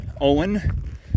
Owen